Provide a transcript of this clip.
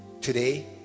today